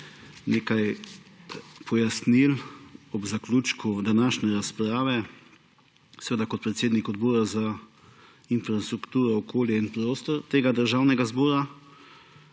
nekaj pojasnil ob zaključku današnje razprave. Seveda kot predsednik Odbora za infrastrukturo, okolje in prostor tega državnega zbora